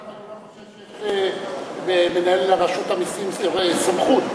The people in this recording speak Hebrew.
למה אתה חושב שיש למנהל רשות המסים סמכות?